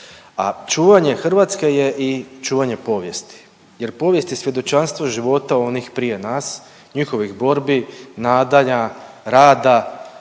čuvanje Hrvatske je i čuvanje povijesti jer povijest je svjedočanstvo života onih prije nas, njihovih borbi, nadanja, rada,